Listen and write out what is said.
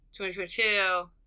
2022